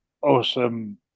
awesome